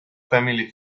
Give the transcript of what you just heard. family